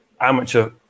amateur